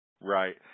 Right